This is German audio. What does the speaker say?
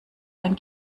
ein